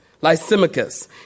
Lysimachus